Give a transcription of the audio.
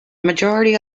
majority